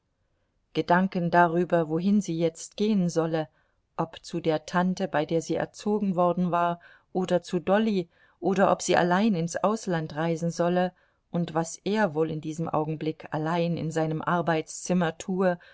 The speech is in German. gedanken darüber wohin sie jetzt gehen solle ob zu der tante bei der sie erzogen worden war oder zu dolly oder ob sie allein ins ausland reisen solle und was er wohl in diesem augenblick allein in seinem arbeitszimmer tue